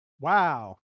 Wow